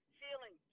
feeling